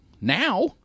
Now